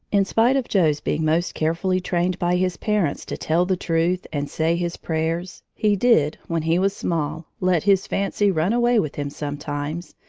in spite of joe's being most carefully trained by his parents to tell the truth and say his prayers, he did, when he was small, let his fancy run away with him sometimes,